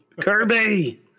Kirby